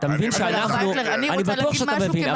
אני בטוח שאתה מבין.